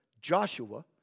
Joshua